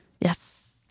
Yes